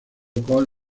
con